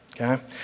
Okay